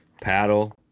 paddle